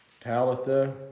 Talitha